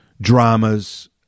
dramas